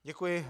Děkuji.